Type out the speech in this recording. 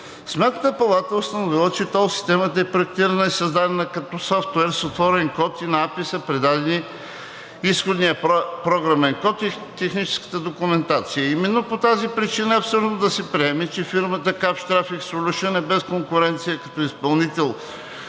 Сметната палата е установила, че тол системата е проектирана и създадена като софтуер с отворен код и на АПИ са предадени изходният програмен код и техническата документация. И именно по тази причина е абсурдно да се приеме, че фирмата „Капш Трафик Солюшънс“ е без конкуренция като изпълнител